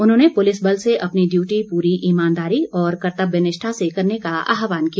उन्होंने पुलिस बल से अपनी ड्यूटी पूरी ईमानदारी और कर्त्तव्यनिष्ठा से करने का आहवान किया